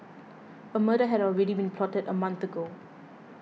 a murder had already been plotted a month ago